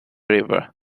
river